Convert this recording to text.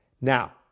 Now